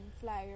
flyer